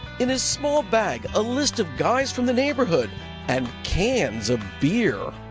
in his small bag a list of guys from the neighborhood and cans of beer.